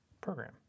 program